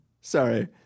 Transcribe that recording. sorry